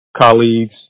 colleagues